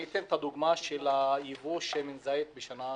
אני אתן את הדוגמה של יבוא שמן זית בשנה שעברה.